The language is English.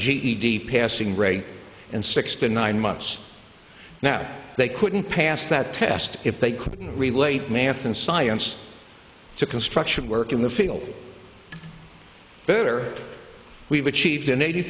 ged passing rate and six to nine months now they couldn't pass that test if they could relate math and science to construction work in the field better we've achieved an eighty